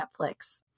netflix